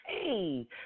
hey